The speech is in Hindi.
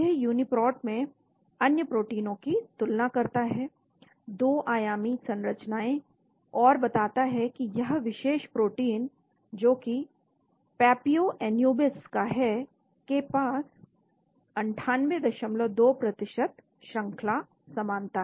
तो यह यूनीप्रोट में अन्य प्रोटीनों की तुलना करता है 2 आयामी संरचनाएं और बताता है कि यह विशेष प्रोटीन जो कि पैपियो एनयूबिस का है के पास 982 प्रतिशत श्रंखला समानता है